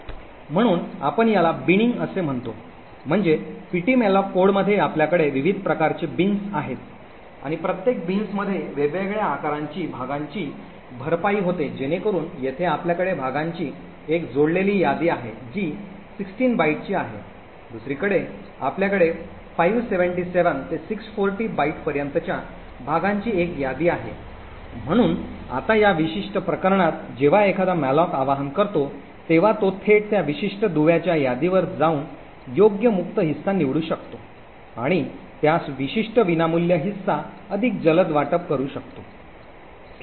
म्हणून आपण याला बिनिंग असे म्हणतो म्हणजे ptmalloc कोड मध्ये आपल्याकडे विविध प्रकारचे बीन्स आहेत आणि प्रत्येक बीन्समध्ये वेगवेगळ्या आकारांची भागांची भरपाई होते जेणेकरून येथे आपल्याकडे भागांची एक जोडलेली यादी आहे जी 16 बाइटची आहे दुसरीकडे आपल्याकडे 577 ते 640 बाइट पर्यंतच्या भागांची एक यादी आहे म्हणून आता या विशिष्ट प्रकरणात जेव्हा एखादा मॅलोक आवाहन करतो तेव्हा तो थेट त्या विशिष्ट दुव्याच्या यादीवर जाऊन योग्य मुक्त हिस्सा निवडू शकतो आणि त्यास विशिष्ट विनामूल्य हिस्सा अधिक जलद वाटप करू शकतो